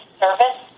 service